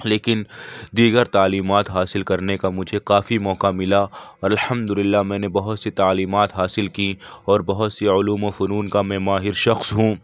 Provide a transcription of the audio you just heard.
لیکن دیگر تعلیمات حاصل کرنے کا مجھے کافی موقع ملا الحمداللہ میں نے بہت سی تعلیمات حاصل کیں اور بہت سی علوم و فنون کا میں ماہر شخص ہوں